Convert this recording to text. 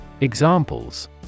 Examples